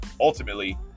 ultimately